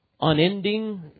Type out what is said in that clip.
unending